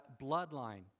bloodline